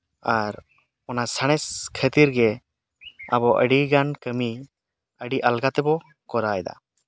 ᱟᱨ ᱚᱱᱟ ᱥᱟᱬᱮᱥ ᱠᱷᱟᱹᱛᱤᱨᱜᱮ ᱟᱵᱚ ᱟᱹᱰᱤᱜᱟᱱ ᱠᱟᱹᱢᱤ ᱟᱹᱰᱤ ᱟᱞᱜᱟ ᱛᱮᱵᱚ ᱠᱚᱨᱟᱣᱮᱫᱟ